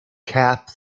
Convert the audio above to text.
cap